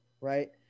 Right